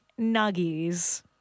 Nuggies